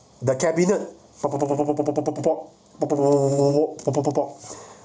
the cabinet for pom pom pom pom pom pom